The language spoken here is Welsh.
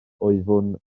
oeddwn